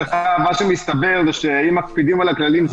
מה שמסתבר זה שאם מקפידים על הכללים,